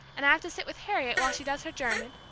and i have to sit with harriet while she does her german